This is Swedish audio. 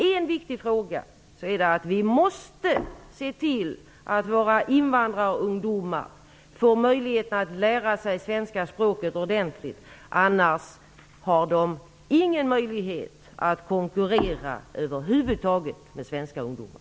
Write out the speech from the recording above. En viktig fråga är exempelvis att vi måste se till att våra invandrarungdomar får möjlighet att lära sig svenska språket ordentligt, annars har de ingen möjlighet att över huvud taget konkurrera med svenska ungdomar.